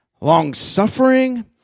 long-suffering